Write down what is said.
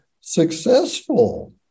successful